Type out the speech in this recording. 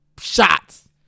shots